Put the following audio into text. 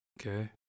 Okay